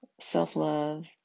self-love